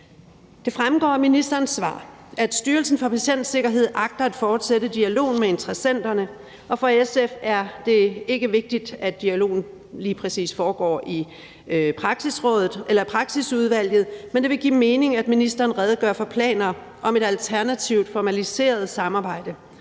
Det fremgår af ministerens svar, at Styrelsen for Patientsikkerhed agter at fortsætte dialogen med interessenterne, og for SF er det ikke vigtigt, at dialogen foregår i lige præcis praksisudvalget, men det vil give mening, at ministeren redegør for planer om et alternativt formaliseret samarbejde.